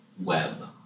web